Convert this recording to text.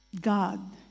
God